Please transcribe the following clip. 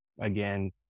Again